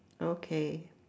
okay